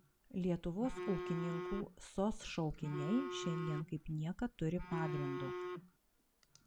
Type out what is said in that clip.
lietuvos ūkininkų sos šaukiniai šiandien kaip niekad turi pagrindo